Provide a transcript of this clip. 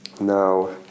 Now